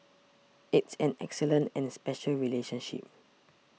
it's an excellent and special relationship